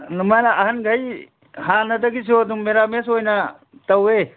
ꯑꯗꯨꯃꯥꯏꯅ ꯑꯍꯟꯒꯩ ꯍꯥꯟꯅꯗꯒꯤꯁꯨ ꯑꯗꯨꯝ ꯃꯦꯔꯥ ꯃꯦꯁ ꯑꯣꯏꯅ ꯇꯧꯋꯦ